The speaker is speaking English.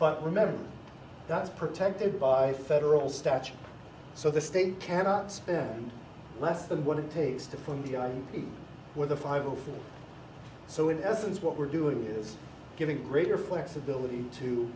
but remember that's protected by federal statute so the state cannot spend less than what it takes to put me on with a five zero so in essence what we're doing is giving greater flexibility to